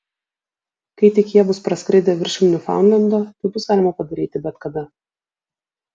kai tik jie bus praskridę viršum niufaundlendo tai bus galima padaryti bet kada